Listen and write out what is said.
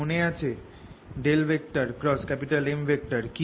মনে আছে M কি